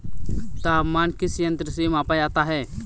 तापमान किस यंत्र से मापा जाता है?